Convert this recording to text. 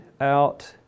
out